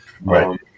Right